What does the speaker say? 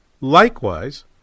Likewise